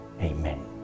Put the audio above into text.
Amen